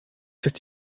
ist